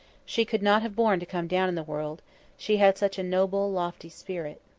she could not have borne to come down in the world she had such a noble, lofty spirit.